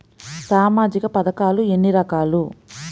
సామాజిక పథకాలు ఎన్ని రకాలు?